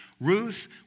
Ruth